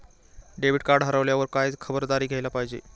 Debit card हरवल्यावर काय खबरदारी घ्यायला पाहिजे?